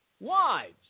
Wives